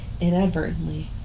inadvertently